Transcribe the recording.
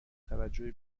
توجه